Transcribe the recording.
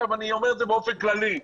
אני אומר את זה באופן כללי.